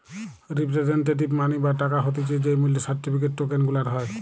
representative money বা টাকা হতিছে যেই মূল্য সার্টিফিকেট, টোকেন গুলার হয়